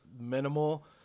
minimal